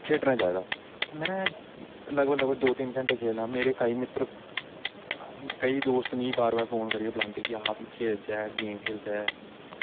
खेढना चाहिदा में लगभग लगभग दो तिन्न घैंटे खेलना मेरे केईं मित्तर केईं दोस्त मिगी बार बार फोन करियै बुलांदे कि आ खेलचै गेम खेलचै